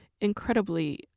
incredibly